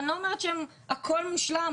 אני לא אומרת שהכול מושלם,